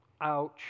Ouch